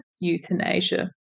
euthanasia